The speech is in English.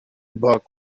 book